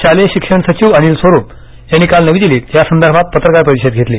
शालेय शिक्षण सचिव अनिल स्वरूप यांनी काल नवी दिल्लीत या संदर्भात पत्रकार परिषद घेतली